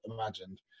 imagined